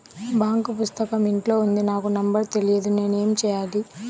Bank పుస్తకం ఇంట్లో ఉంది నాకు నంబర్ తెలియదు నేను ఏమి చెయ్యాలి?